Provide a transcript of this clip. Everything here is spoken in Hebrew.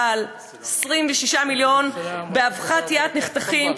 אבל 26 מיליון באבחת יד נחתכים,